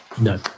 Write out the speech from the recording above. No